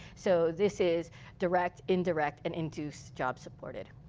so this is direct, indirect and induced job supported.